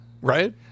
Right